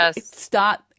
start